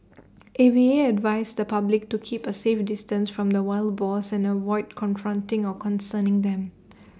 A V A advised the public to keep A safe distance from the wild boars and avoid confronting or concerning them